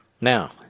Now